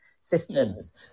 systems